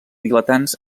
vilatans